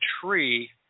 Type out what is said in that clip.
tree